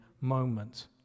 moment